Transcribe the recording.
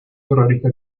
terrorista